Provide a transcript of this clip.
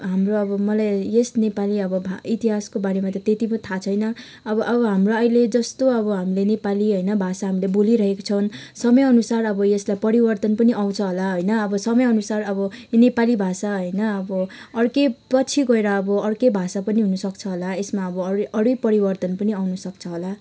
हाम्रो अब मलाई यस नेपाली अब भा इतिहासकोबारेमा त त्यति पनि थाहा छैन अब अब हाम्रो अहिले जस्तो अब हामीले नेपाली होइन भाषा हामीले बोलिरहेका छौँ समयअनुसार अब यसलाई परिवर्तन पनि आउँछ होला होइन अब समयअनुसार अब नेपाली भाषा होइन अब अर्कै पछि गएर अब अर्कै भाषा पनि हुनुसक्छ होला यसमा अरू अरू परिवर्तन पनि आउनुसक्छ होला